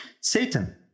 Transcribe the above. satan